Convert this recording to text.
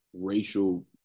racial